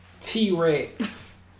T-Rex